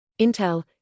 Intel